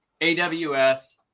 AWS